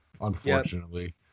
unfortunately